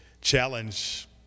challenge